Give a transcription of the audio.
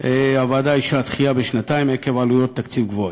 הוועדה אישרה דחייה בשנתיים עקב עלויות תקציב גבוהות.